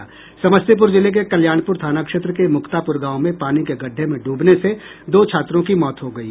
समस्तीपुर जिले के कल्याणपुर थाना क्षेत्र के मुक्तापुर गांव में पानी के गड्ढ़े में ड्रबने से दो छात्रों की मौत हो गयी